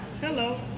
hello